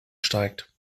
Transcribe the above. steigt